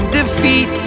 defeat